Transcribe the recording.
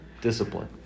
discipline